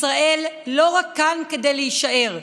ישראל לא כאן רק כדי להישאר,